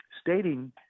stating